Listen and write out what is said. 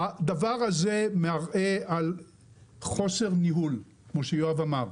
הדבר הזה מראה על חוסר ניהול, כמו שיואב אמר.